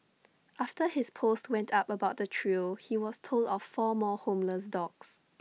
after his post went up about the trio he was told of four more homeless dogs